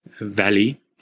valley